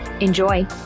Enjoy